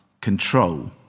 control